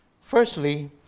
Firstly